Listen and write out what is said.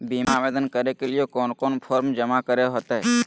बीमा आवेदन के लिए कोन कोन फॉर्म जमा करें होते